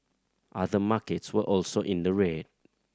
other markets were also in the red